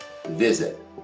Visit